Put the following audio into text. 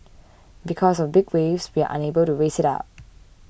because of big waves we are unable to raise it up